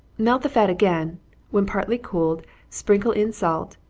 melt the fat again when partly cooled, sprinkle in salt,